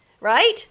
right